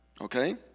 Okay